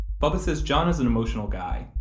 bubba says john is an emotional guy,